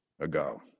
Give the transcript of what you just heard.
ago